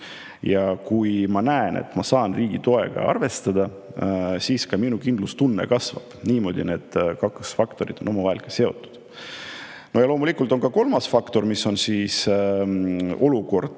Kui ma näen, et ma saan riigi toega arvestada, siis minu kindlustunne kasvab. Niimoodi need kaks faktorit on omavahel seotud. Loomulikult on ka kolmas faktor, mis on olukord